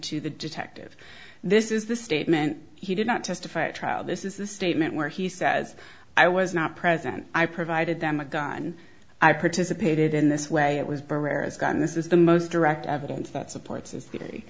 to the detective this is the statement he did not testify at trial this is the statement where he says i was not present i provided them a gun i participated in this way it was barrett's gotten this is the most direct evidence that supports i